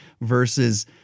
versus